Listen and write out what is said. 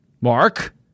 Mark